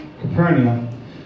Capernaum